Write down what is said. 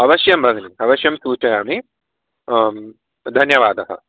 अवश्यं भगिनि अवश्यं सूचयामि धन्यवादः